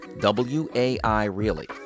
w-a-i-really